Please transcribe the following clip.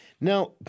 Now